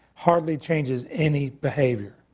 hardly changes any behaviour.